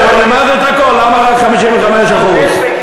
למה רק 55%?